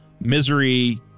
misery